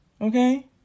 Okay